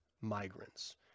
migrants